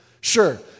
Sure